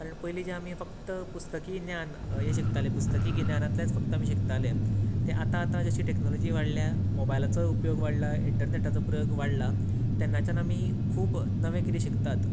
कारण पयली जे आमी फक्त पुस्तकी ज्ञान पुस्तकी गिन्यानांतलेच फक्त शिकताले ते आता आता जशी टॅक्नोलॉजी वाडल्या तशें मोबायलाचोय उपयोग वाडला इंन्टरनेटाचो प्रयोग वाडला तेन्नाच्यान आमी खूब नवे कितें शिकतात